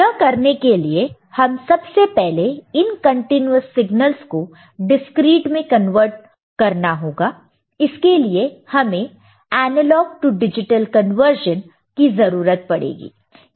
यह करने के लिए हमें सबसे पहले इन कन्टिन्युअस् सिगनल्स को डिस्क्रीट में कन्वर्ट करना होगा इसके लिए हमें एनालॉग टू डिजिटल कन्वर्जन की जरूरत पड़ेगी